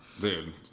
Dude